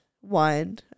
one